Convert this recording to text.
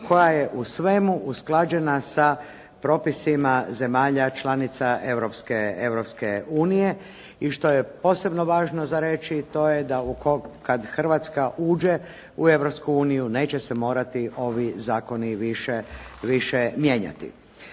koja je u svemu usklađena sa propisima zemalja članica Europske unije i što je posebno važno za reći to je kada Hrvatska uđe u Europsku uniju neće se morati ovi zakoni više mijenjati.